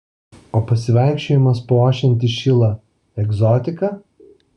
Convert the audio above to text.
o pasivaikščiojimas po ošiantį šilą egzotika